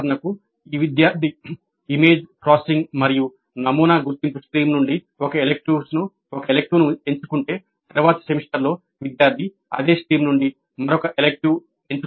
ఉదాహరణకు ఈ విద్యార్థి ఇమేజ్ ప్రాసెసింగ్ మరియు నమూనా గుర్తింపు స్ట్రీమ్ నుండి ఒక ఎలెక్టివ్ను ఎంచుకుంటే తరువాతి సెమిస్టర్లో విద్యార్థి అదే స్ట్రీమ్ నుండి మరొక ఎలిక్టివ్ను ఎంచుకోవాలి